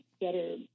better